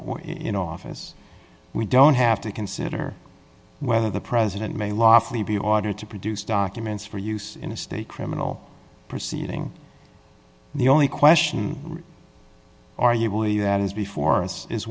or in office we don't have to consider whether the president may lawfully be ordered to produce documents for use in a state criminal proceeding the only question or you believe that is before